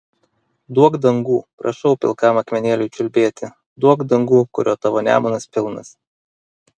duok dangų prašau pilkam akmenėliui čiulbėti duok dangų kurio tavo nemunas pilnas